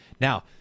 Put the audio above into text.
Now